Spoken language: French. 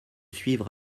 suivre